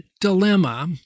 dilemma